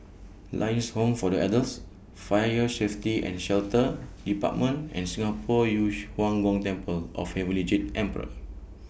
Lions Home For The Elders Fire Safety and Shelter department and Singapore Yu Huang Gong Temple of Heavenly Jade Emperor